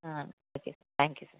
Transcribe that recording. ah thank you sir